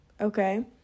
okay